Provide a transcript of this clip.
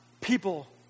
people